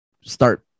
start